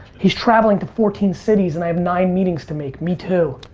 he's traveling to fourteen cities and i have nine meetings to make. me too.